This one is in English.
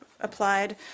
applied